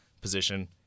position